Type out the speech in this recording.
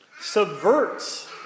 subverts